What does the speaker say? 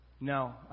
No